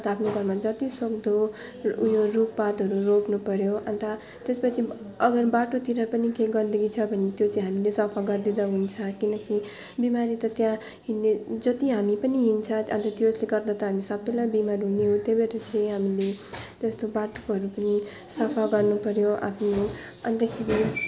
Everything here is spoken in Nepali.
म त आफ्नो घरमा जतिसक्दो रुखपातहरू रोप्नुपऱ्यो अन्त त्यसपछि बा अरू झन् बाटोतिर पनि त्यो गन्दगी छ भने त्यो चाहिँ हामीले सफा गरिदिँदा हुन्छ किनकि बिमारी त त्यहाँ हिँड्ने जति हामी पनि हिँड्छ अन्त त्यो उसले गर्दा त हामी सबैलाई बिमार हुने त्यही भएर चाहिँ हामीले त्यस्तो बाटोहरू पनि सफा गर्नुपऱ्यो आफ्नो अन्तखेरि